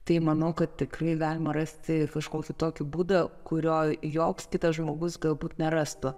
tai manau kad tikrai galima rasti kažkokį tokį būdą kurio joks kitas žmogus galbūt nerastų